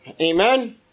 Amen